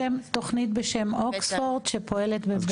כן, תוכנית בשם אוקספורד שפועלת בבאר שבע.